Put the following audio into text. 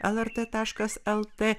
lrt taškas lt